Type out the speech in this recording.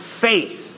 faith